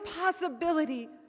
possibility